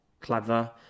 clever